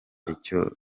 icyo